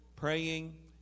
praying